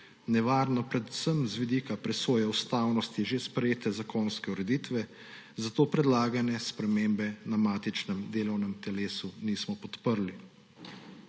nevarno predvsem z vidika presoje ustavnosti že sprejete zakonske ureditve, zato predlagane spremembe na matičnem delovnem telesu nismo podprli.